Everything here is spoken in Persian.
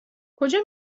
کجا